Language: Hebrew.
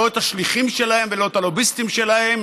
לא את השליחים שלהם ולא את הלוביסטים שלהם,